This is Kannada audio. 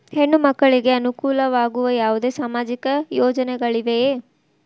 ಹೆಣ್ಣು ಮಕ್ಕಳಿಗೆ ಅನುಕೂಲವಾಗುವ ಯಾವುದೇ ಸಾಮಾಜಿಕ ಯೋಜನೆಗಳಿವೆಯೇ?